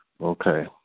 Okay